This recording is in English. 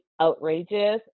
outrageous